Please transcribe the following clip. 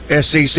SEC